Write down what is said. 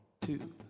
two